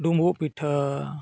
ᱰᱩᱢᱵᱩᱜ ᱯᱤᱴᱷᱟᱹ